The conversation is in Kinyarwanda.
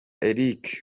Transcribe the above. eric